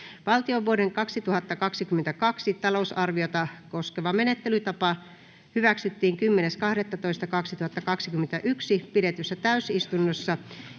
Valtion vuoden 2022 talousarviota koskeva menettelytapa hyväksyttiin 10.12.2021 pidetyssä täysistunnossa